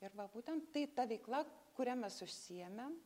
ir va būtent tai ta veikla kuria mes užsiėmėm